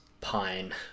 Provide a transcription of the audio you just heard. pine